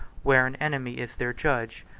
where an enemy is their judge,